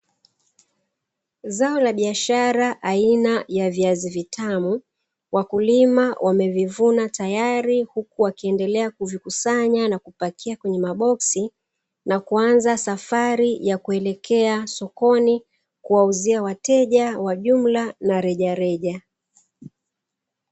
Zao la biashara aina ya viazi vitamu wakulima wamevivuna tayari, Huku Wakiendelea kuvikusanya na kupakia kwenye maboksi na kuanza safari ya kuelekea sokoni kuwauzia wateja wa jumla na rejareja.